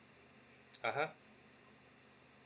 (uh huh)